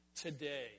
today